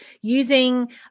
using